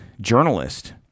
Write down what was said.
journalist